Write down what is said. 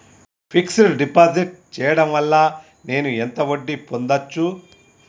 Fix డ్ deposit చేయటం వల్ల నేను ఎంత వడ్డీ పొందచ్చు?